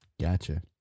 Gotcha